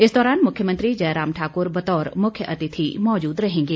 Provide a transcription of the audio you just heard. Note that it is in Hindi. इस दौरान मुख्यमंत्री जयराम ठाकुर बतौर मुख्यातिथि मौजूद रहेंगे